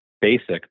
basic